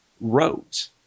wrote